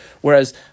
Whereas